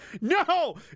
No